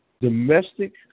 Domestic